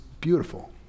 beautiful